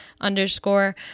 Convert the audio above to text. underscore